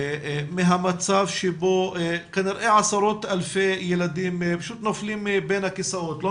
מהמצב שבו כנראה עשרות אלפי ילדים פשוט נופלים בין הכיסאות ולא